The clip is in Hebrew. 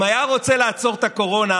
אם היה רוצה לעצור את הקורונה,